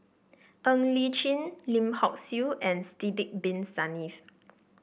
Ng Li Chin Lim Hock Siew and Sidek Bin Saniff